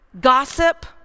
gossip